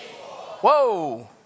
Whoa